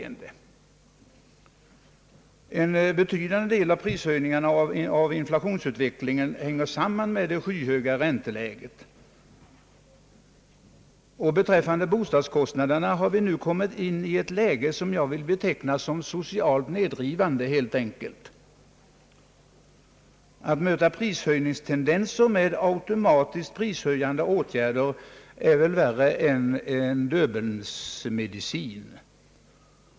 En betydande del av prishöjningarna och av inflationsutvecklingen hänger samman med det skyhöga ränteläget. När det gäller bostadskostnaderna har vi nu kommit i ett läge som jag vill beteckna som helt enkelt socialt nedrivande. Att möta prishöjningstendenser med automatiskt prishöjande åtgärder är väl värre än en Döbelnsmedicin.